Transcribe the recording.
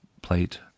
plate